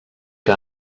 que